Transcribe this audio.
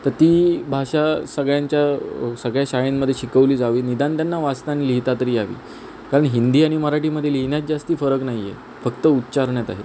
तर ती भाषा सगळ्यांच्या सगळ्या शाळांमध्ये शिकवली जावी निदान त्यांना वाचता आणि लिहिता तरी यावी कारण हिंदी आणि मराठीमध्ये लिहिण्यात जास्त फरक नाही आहे फक्त उच्चारण्यात आहे